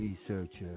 Researcher